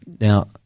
Now